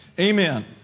Amen